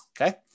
okay